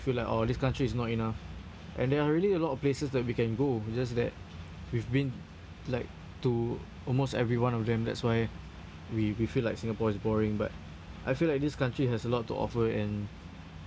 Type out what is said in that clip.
feel like oh this country is not enough and there are really a lot of places that we can go we just that we've been like to almost every one of them that's why we we feel like Singapore is boring but I feel like this country has a lot to offer and